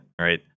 right